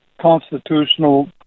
constitutional